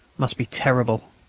must be terrible.